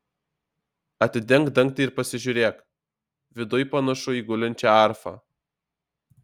atidenk dangtį ir pasižiūrėk viduj panašu į gulinčią arfą